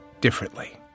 differently